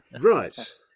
Right